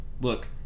Look